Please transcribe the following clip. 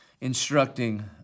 instructing